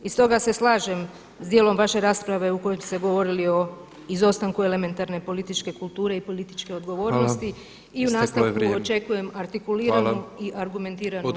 I stoga se slažem s dijelom vaše rasprave u kojoj ste govorili o izostanku elementarne političke kulture i političke odgovornosti i u nastavku očekujem [[Upadica Petrov: Hvala, isteklo je vrijeme.]] artikuliranu i argumentiranu raspravu.